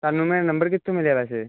ਤੁਹਾਨੂੰ ਮੇਰਾ ਨੰਬਰ ਕਿੱਥੋਂ ਮਿਲਿਆ ਵੈਸੇ